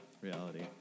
reality